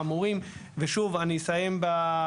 אני מנסה להבין איך